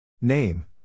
Name